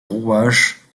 rouages